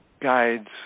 guides